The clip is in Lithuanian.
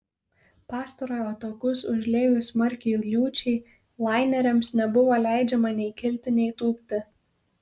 pastarojo takus užliejus smarkiai liūčiai laineriams nebuvo leidžiama nei kilti nei tūpti